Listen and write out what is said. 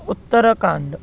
उत्तरकाण्डम्